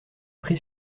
pris